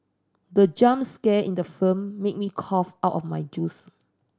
the jump scare in the film made me cough out of my juice